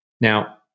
Now